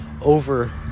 over